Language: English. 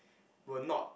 were not